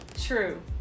true